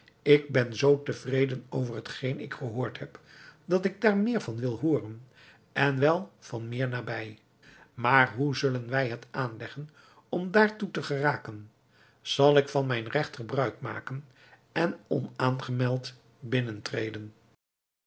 ik ben zoo tevreden over hetgeen ik gehoord heb dat ik daar meer van wil hooren en wel van meer nabij maar hoe zullen wij het aanleggen om daartoe te geraken zal ik van mijn regt gebruik maken en onaangemeld